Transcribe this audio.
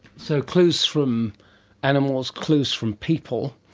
so clues from animals, clues from people,